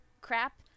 crap